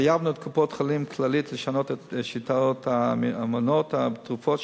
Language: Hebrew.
חייבנו את קופת-חולים "כללית" לשנות את שיטת המנות בתרופות,